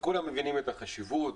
כולם מבינים את החשיבות,